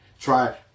Try